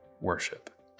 worship